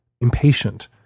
impatient